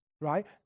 right